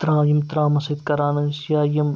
ترٛام یِم ترٛامَس سۭتۍ کران ٲسۍ یا یِم